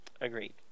Agreed